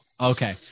Okay